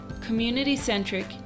community-centric